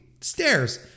stairs